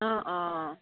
অঁ অঁ